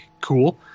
cool